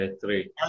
three